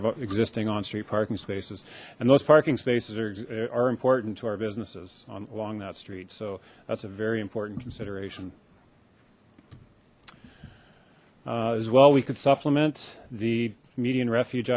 of existing on street parking spaces and those parking spaces are important to our businesses on along that street so that's a very important consideration as well we could supplement the median refuge